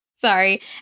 Sorry